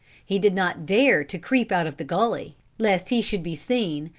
he did not dare to creep out of the gulley, lest he should be seen,